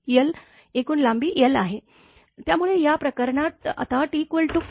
त्यामुळे या प्रकरणात आता t 5